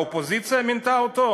האופוזיציה מינתה אותו?